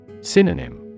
Synonym